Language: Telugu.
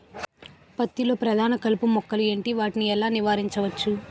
పత్తి లో ప్రధాన కలుపు మొక్కలు ఎంటి? వాటిని ఎలా నీవారించచ్చు?